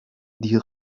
die